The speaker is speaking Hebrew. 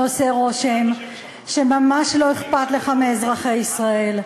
עושה רושם שממש לא אכפת לך מאזרחי ישראל.